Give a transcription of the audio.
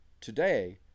Today